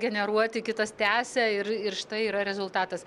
generuoti kitas tęsia ir ir štai yra rezultatas